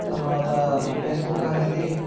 తరువాత ఫేస్బుక్ అనేది